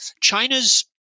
China's